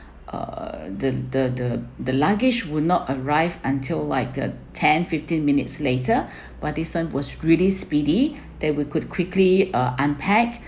uh the the the the luggage will not arrive until like a ten fifteen minutes later but this one was really speedy that we could quickly uh unpacked